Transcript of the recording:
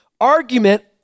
argument